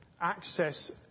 access